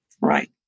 Right